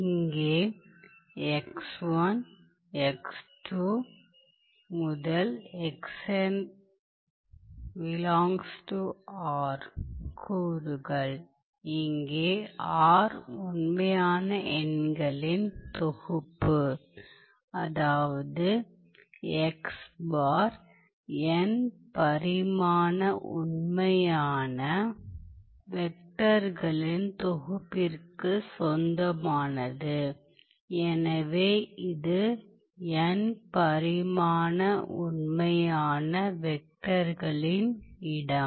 இங்கே கூறுகள் இங்கே உண்மையான எண்களின் தொகுப்பு அதாவது n பரிமாண உண்மையான வெக்டர்களின் தொகுப்பிற்குச் சொந்தமானது எனவே இது n பரிமாண உண்மையான வெக்டர்களின் இடம்